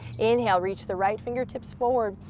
inhale, reach the right fingertips forward.